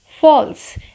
false